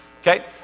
Okay